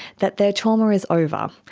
that their trauma is over, um